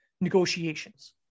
negotiations